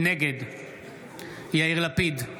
נגד יאיר לפיד,